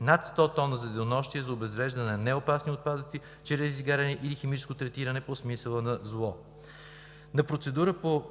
над 100 тона за денонощие за обезвреждане на неопасни отпадъци чрез изгаряне или химично третиране по смисъла на ЗУО. На процедура по